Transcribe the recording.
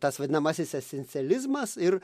tas vadinamasis esencializmas ir